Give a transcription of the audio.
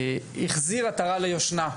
החזיר עטרה ליושנה.